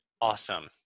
Awesome